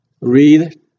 Read